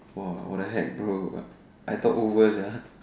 !wah! what the heck bro I thought over sia